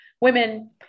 women